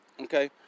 Okay